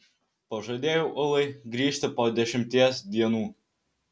pažadėjau ulai grįžti po dešimties dienų